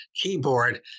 keyboard